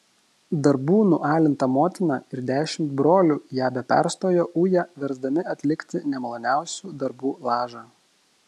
darbų nualinta motina ir dešimt brolių ją be perstojo uja versdami atlikti nemaloniausių darbų lažą